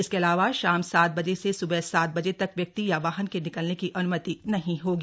इसके अलावा शाम सात बजे से स्बह सात बजे तक व्यक्ति या वाहन के निकलने की अन्मति नहीं होगी